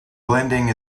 blending